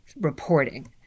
reporting